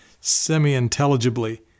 semi-intelligibly